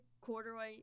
corduroy